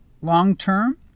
long-term